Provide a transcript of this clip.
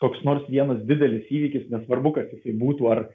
koks nors vienas didelis įvykis nesvarbu kas jisai būtų ar